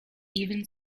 even